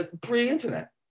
pre-internet